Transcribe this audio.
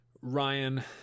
ryan